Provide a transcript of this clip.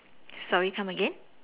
sorry come again